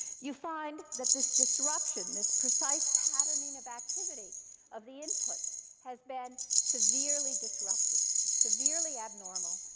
you find that this disruption, this precise patterning of activity of the inputs has been severely disrupted, severely abnormal.